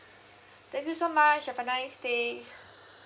thank you so much have a nice day